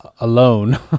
alone